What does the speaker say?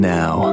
now